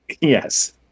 Yes